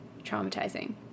traumatizing